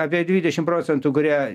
apie dvidešim procentų kurie